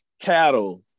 cattle